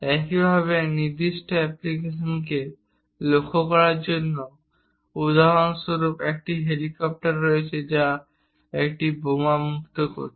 একইভাবে নির্দিষ্ট অ্যাপ্লিকেশনকে লক্ষ্য করার জন্য উদাহরণস্বরূপ একটি হেলিকপ্টার রয়েছে যা একটি বোমা মুক্ত করছে